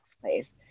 place